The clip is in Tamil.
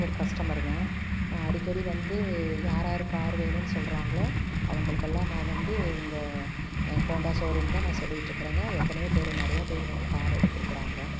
ஒரு கஸ்டமருங்க நான் அடிக்கடி வந்து யாராரு கார் வேணும்ன்னு சொல்கிறாங்களோ அவங்களுக்கெல்லாம் நான் வந்து உங்கள் ஹோண்டா ஷோரூம் தான் நான் சொல்லிட்ருக்கிறேங்க எத்தனையோ பேர் நிறையா பேர் வந்து கார் எடுத்துருக்கிறாங்க